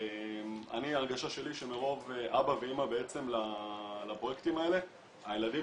ההרגשה שלי שמרוב אבא ואמא לפרויקטים האלה הילדים,